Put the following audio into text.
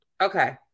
Okay